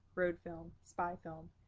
road film, spy film,